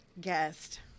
guest